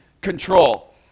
control